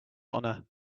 honor